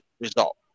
result